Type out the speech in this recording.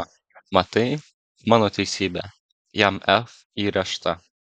va matai mano teisybė jam f įrėžta